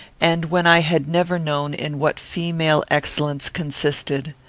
and when i had never known in what female excellence consisted.